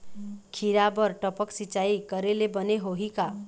खिरा बर टपक सिचाई करे ले बने होही का?